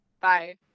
Bye